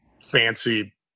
fancy